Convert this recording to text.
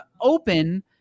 open